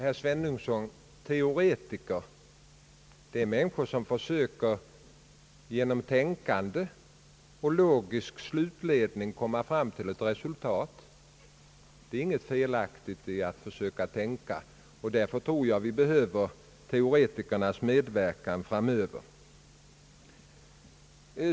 Herr talman! Teoretiker, herr Svenungsson, är människor som genom tänkande och logisk slutledning försöker komma fram till resultat. Det är inget felaktigt i att försöka tänka. Och därför tror jag att vi behöver teoretikernas medverkan i framtiden.